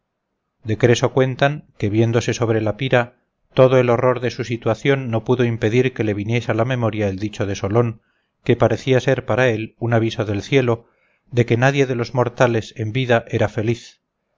de creso cuentan que viéndose sobre la pira todo el horror de su situación no pudo impedir que le viniese a la memoria el dicho de solón que parecía ser para él un aviso del cielo de que nadie de los mortales en vida era feliz